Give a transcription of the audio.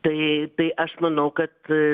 tai tai aš manau kad